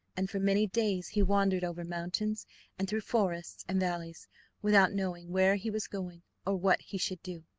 and for many days he wandered over mountains and through forests and valleys without knowing where he was going or what he should do.